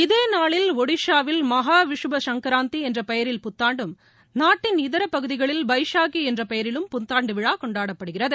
இதேநாளில் ஒடிசாவில் மஹாவிஷுப சங்கராந்திஎன்றபெயரில் புத்தாண்டும் நாட்டின் இதரபகுதிகளில் பைஷாகிஎன்றபெயரிலும் புத்தாண்டுவிழாகொண்டாடப்படுகிறது